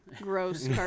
gross